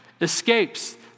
escapes